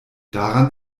daran